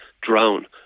drown